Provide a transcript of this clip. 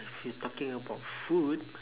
if you talking about food